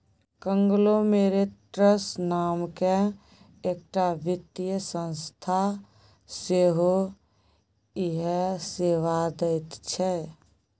conglomerates नामकेँ एकटा वित्तीय संस्था सेहो इएह सेवा दैत छै